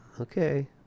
Okay